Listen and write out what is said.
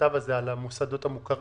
המכתב על המוסדות המוכרים.